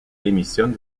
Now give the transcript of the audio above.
démissionne